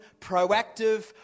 proactive